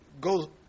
Go